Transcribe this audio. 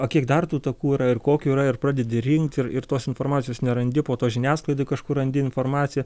o kiek dar tų takų yra ir kokių yra ir pradedi rinkt ir ir tos informacijos nerandi po to žiniasklaidoj kažkur randi informaciją